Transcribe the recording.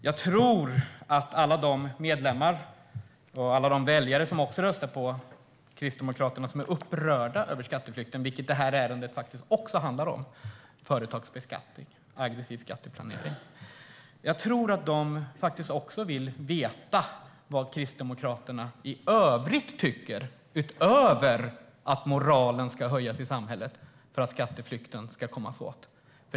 Jag tror att alla medlemmar och andra väljare som röstade på Kristdemokraterna och som är upprörda över skatteflykten, vilket detta ärende faktiskt också handlar om - företagsbeskattning och aggressiv skatteplanering - vill veta vad Kristdemokraterna tycker utöver att moralen i samhället ska höjas för att man ska komma åt skatteflykten.